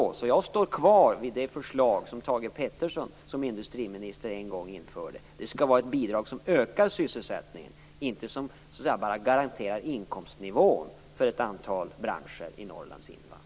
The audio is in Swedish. Jag står alltså kvar vid det förslag som Thage G Peterson som industriminister en gång införde. Det skall vara ett bidrag som ökar sysselsättningen, inte ett som bara garanterar inkomstnivån för ett antal branscher i Norrlands inland.